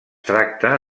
tracta